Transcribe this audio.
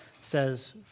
says